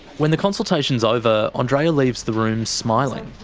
when the consultation is over, ah andreea leaves the room smiling.